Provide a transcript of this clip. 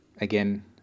again